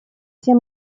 тем